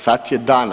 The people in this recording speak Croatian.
Sad je dana.